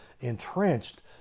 entrenched